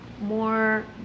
more